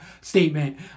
statement